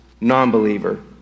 non-believer